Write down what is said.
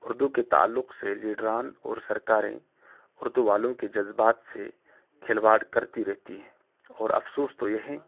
اردو کے تعلق سے لیڈران اور سرکاریں اردو والوں کے جذبات سے کھلواڑ کرتی رہتی ہیں اور افسوس تو یہ ہے